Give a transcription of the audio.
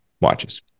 watches